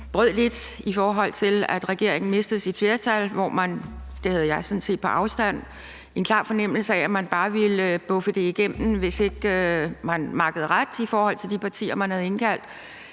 brød det lidt, at regeringen mistede sit flertal. Jeg havde sådan set på afstand en klar fornemmelse af, at man bare ville trumfe det igennem, hvis ikke man makkede ret i de partier, man havde indkaldt.